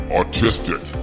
autistic